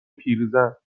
پیرزن